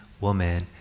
woman